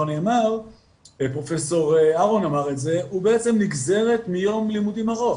נאמר על ידי פרופ' אהרון הוא בעצם נגזרת מיום לימודים ארוך.